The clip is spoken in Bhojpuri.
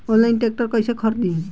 आनलाइन ट्रैक्टर कैसे खरदी?